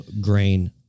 grain